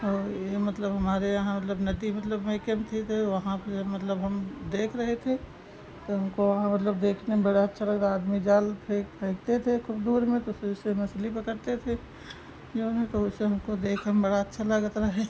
और यह मतलब हमारे यहाँ मतलब नदी मतलब मायके में थी तो वहाँ पर मतलब हम देख रहे थे तो हमको वहाँ मतलब देखने में बड़ा अच्छा लगता आदमी जाल फेंक फेंकते थे खुब दूर में तो फिर उससे मछली पकड़ते थे जो है तो उसे हमको देखने में बड़ा अच्छा लगता रहै